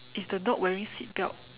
is the dog wearing seatbelt